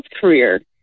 career